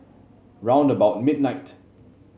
round about midnight